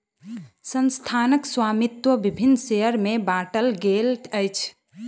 संस्थानक स्वामित्व विभिन्न शेयर में बाटल गेल अछि